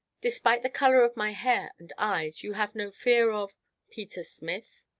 despite the color of my hair and eyes you have no fear of peter smith?